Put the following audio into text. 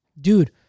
Dude